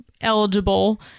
eligible